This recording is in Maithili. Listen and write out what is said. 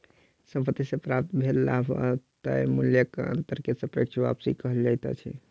संपत्ति से प्राप्त भेल लाभ आ तय मूल्यक अंतर के सापेक्ष वापसी कहल जाइत अछि